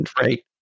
right